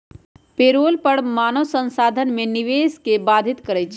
payroll कर मानव संसाधन में निवेश के बाधित करइ छै